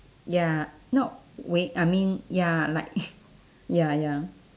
ya no wait I mean ya like ya ya